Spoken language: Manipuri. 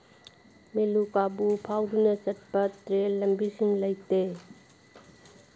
ꯃꯦꯂꯨꯀꯥꯚꯨ ꯐꯥꯎꯗꯨꯅ ꯆꯠꯄ ꯇ꯭ꯔꯦꯟ ꯂꯝꯕꯤꯁꯤꯡ ꯂꯩꯇꯦ